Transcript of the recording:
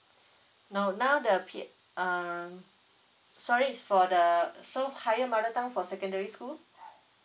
no now the p err sorry it's for the so higher mother tongue for secondary school